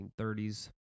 1930s